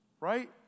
Right